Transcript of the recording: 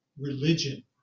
religion